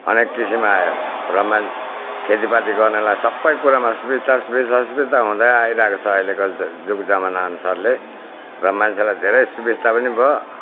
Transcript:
अनेक किसिम आयो र मान खेतीपाती गर्नेलाई सबै कुरामा सुविस्ता सुविस्ता सुविस्ता हुँदै आइरहेको छ अहिलेको जुग जमाना अनुसारले र मान्छेलाई धेरै सुविस्ता पनि भयो